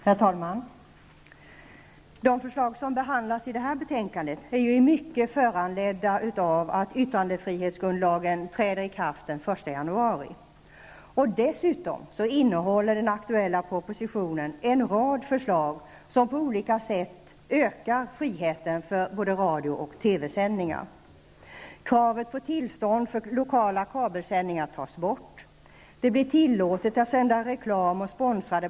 Herr talman! De förslag som behandlas i detta betänkande är ju till stor del föranledda av att yttrandefrihetsgrundlagen träder i kraft den 1 januari. Dessutom innehåller den aktuella propositionen en rad förslag som på olika sätt ökar friheten för radio och TV-sändningar.